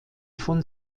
von